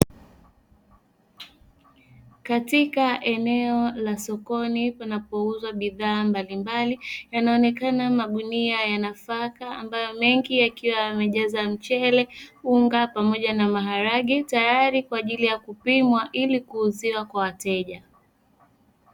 Katika eneo la sokoni panapouzwa bidhaa mbalimbali, yanaonekana magunia ya nafaka ambayo mengi yakiwa yamejaza mchele, unga pamoja na maharage tayari kwaajili ya kupimwa ili kuuziwa kwa wateja.